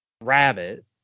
rabbit